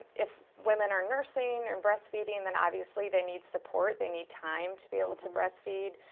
if women are nursing or breastfeeding, then obviously they need support. they need time to be able to breastfeed.